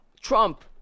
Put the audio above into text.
Trump